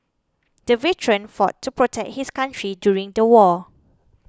the veteran fought to protect his country during the war